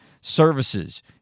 services